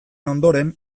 ondoren